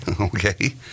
okay